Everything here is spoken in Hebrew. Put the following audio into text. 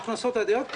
הכנסות עתידיות,